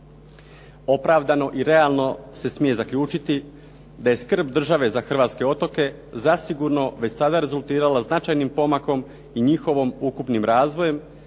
Opravdano i realno se smije zaključiti da je skrb države za hrvatske otoke zasigurno već sada rezultirala značajnim pomakom i njihovim ukupnim razvojem